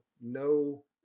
no